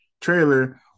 trailer